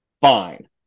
fine